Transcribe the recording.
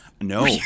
No